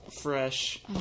fresh